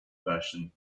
version